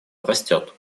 растет